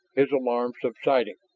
his alarm subsiding.